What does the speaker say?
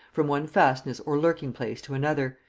from one fastness or lurking-place to another,